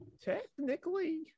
Technically